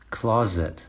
Closet